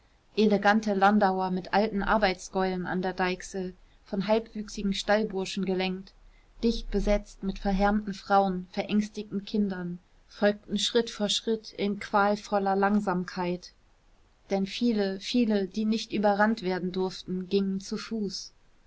elegante landauer mit alten arbeitsgäulen an der deichsel von halbwüchsigen stallburschen gelenkt dicht besetzt mit verhärmten frauen verängstigten kindern folgten schritt vor schritt in qualvoller langsamkeit denn viele viele die nicht überrannt werden durften gingen zu fuß